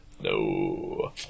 no